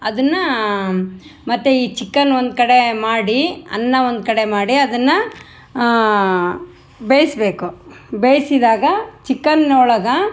ಅದನ್ನು ಮತ್ತು ಈ ಚಿಕನ್ ಒಂದುಕಡೆ ಮಾಡಿ ಅನ್ನ ಒಂದುಕಡೆ ಮಾಡಿ ಅದನ್ನು ಬೇಯಿಸ್ಬೇಕು ಬೇಯಿಸ್ದಾಗ ಚಿಕನ್ನೊಳಗೆ